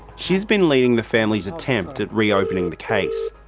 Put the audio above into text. she's been leading the family's attempt at reopening the case.